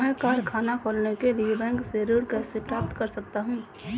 मैं कारखाना खोलने के लिए बैंक से ऋण कैसे प्राप्त कर सकता हूँ?